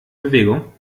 bewegung